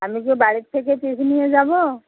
আমি যে বাড়ির থেকে পিস নিয়ে যাবো